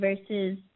versus